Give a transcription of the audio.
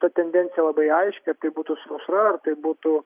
ta tendencija labai aiški ar tai būtų sausra ar tai būtų